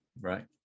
right